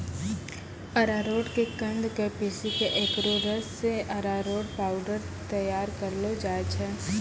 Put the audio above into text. अरारोट के कंद क पीसी क एकरो रस सॅ अरारोट पाउडर तैयार करलो जाय छै